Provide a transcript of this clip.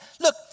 look